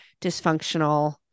dysfunctional